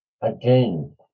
Again